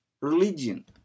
religion